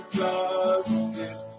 justice